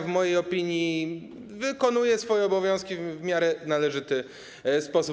W mojej opinii wykonuje swoje obowiązki w miarę należyty sposób.